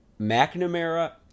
McNamara